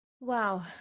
Wow